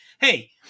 hey